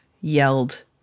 yelled